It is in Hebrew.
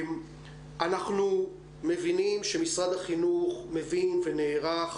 אנחנו מבינים שמשרד החינוך מבין ונערך